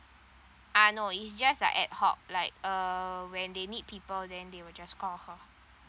uh no it's just like at hawk like uh when they need people then they will just call her